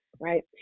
right